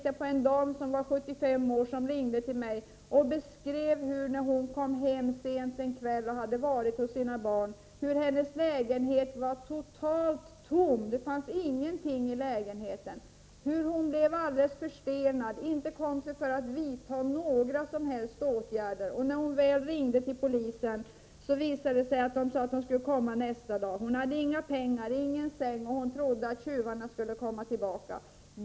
En 75-årig dam ringde till mig och beskrev en kväll då hon varit hos sina barn. När hon kom hem var hennes lägenhet totalt tom; det fanns ingenting i lägenheten. Hon beskrev hur hon blev alldeles förstelnad och inte kom sig för med att vidta några som helst åtgärder. När hon väl ringde till polisen sade de att de skulle komma nästa dag till henne. Hon hade inga pengar och ingen säng, och hon trodde att tjuvarna skulle komma tillbaka.